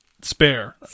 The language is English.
spare